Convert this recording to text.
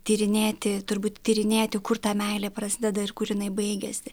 tyrinėti turbūt tyrinėti kur ta meilė prasideda ir kur jinai baigiasi